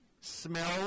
Smell